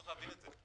צריך להבין את זה.